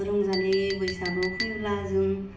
रंजालि बैसागु फैब्ला जों